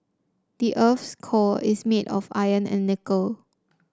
the earth's core is made of iron and nickel